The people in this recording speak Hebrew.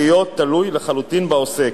על-פי רוב להיות תלוי לחלוטין בעוסק,